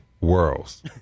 worlds